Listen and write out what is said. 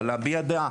אבל להביע דעה.